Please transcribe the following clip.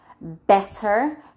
better